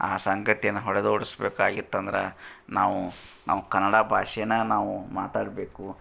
ಆ ಸಂಗತಿಯನ್ನು ಹೊಡೆದೋಡಿಸಬೇಕಾಗಿತ್ತಂದ್ರ ನಾವು ನಾವು ಕನ್ನಡ ಭಾಷೆನ ನಾವು ಮಾತಾಡಬೇಕು